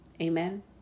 Amen